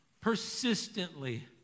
persistently